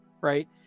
Right